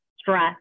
stress